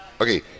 Okay